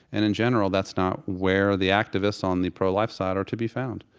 and in general that's not where the activists on the pro-life side are to be found.